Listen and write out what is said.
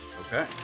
okay